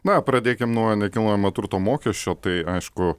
na pradėkim nuo nekilnojamojo turto mokesčio tai aišku